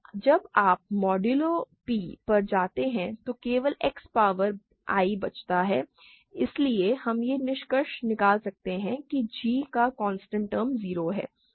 जब आप modulo p पर जाते हैं तो केवल X पॉवर i बचता है इसलिए हम यह निष्कर्ष निकाल सकते हैं कि g का कांस्टेंट टर्म 0 है